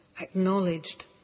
acknowledged